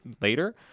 later